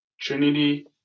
Trinity